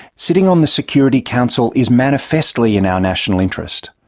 sitting on the security council is manifestly in our national interest.